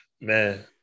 man